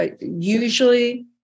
usually